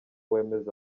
wemeza